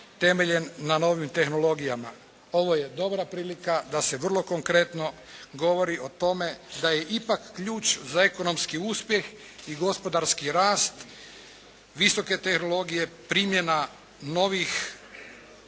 na novim tehnologijama. Ovo je dobra prilika da se vrlo konkretno govori o tome da je ipak ključ za ekonomski uspjeh i gospodarski rast visoke tehnologije visoka